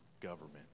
government